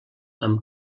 amb